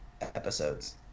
episodes